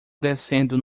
descendo